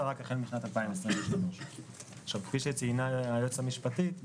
רק החל משנת 2023. כפי שציינה היועצת המשפטית,